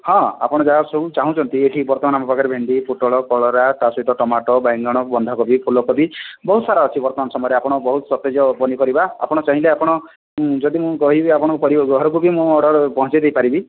ହଁ ଆପଣ ଯାହା ସବୁ ଚାହୁଁଛନ୍ତି ଏଠି ବର୍ତ୍ତମାନ ଆମ ପାଖରେ ଭେଣ୍ଡି ପୋଟଳ କଲରା ତା ସହିତ ଟମାଟୋ ବାଇଗଣ ବନ୍ଧାକୋବି ଫୁଲକୋବି ବହୁତ ସାରା ଅଛି ବର୍ତ୍ତମାନ ସମୟରେ ଆପଣ ବହୁତ ସତେଜ ପନିପରିବା ଆପଣ ଚାହିଁଲେ ଆପଣ ମୁଁ ଯଦି ମୁଁ କହିବି ପରିବା ଘରକୁ ବି ମୁଁ ଅର୍ଡର ପହଞ୍ଚାଇ ଦେଇ ପାରବି